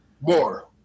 More